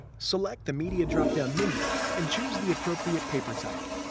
select the media drop-down menu and choose the appropriate paper type.